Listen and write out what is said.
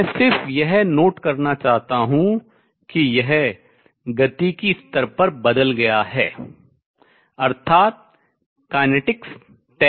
मैं सिर्फ यह note ध्यान करना चाहता हूँ कि यह गतिकी स्तर पर बदल गया है अर्थात kinetics गतिकी तय नहीं है